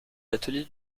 l’atelier